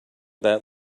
that